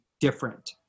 different